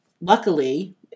luckily